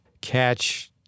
catch